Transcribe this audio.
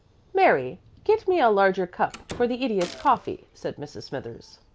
mary, get me a larger cup for the idiot's coffee, said mrs. smithers.